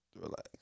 Relax